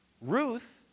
Ruth